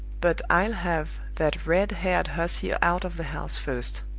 but i'll have that red-haired hussy out of the house first!